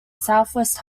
southwest